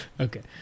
Okay